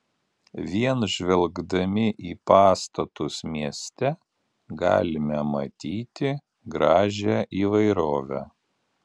vien žvelgdami į pastatus mieste galime matyti gražią įvairovę